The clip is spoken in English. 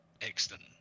Excellent